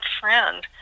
friend